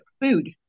food